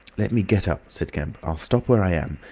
let me get up, said kemp. i'll stop where i am.